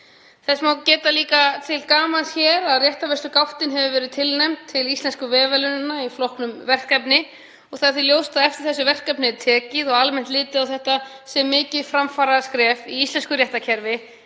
Þess má geta til gamans að réttarvörslugáttin, hefur verið tilnefnd til íslensku vefverðlaunanna í flokknum Verkefni. Það er því ljóst að eftir þessi verkefni er tekið og almennt litið á þetta sem mikið framfaraskref í íslensku réttarkerfi